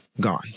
gone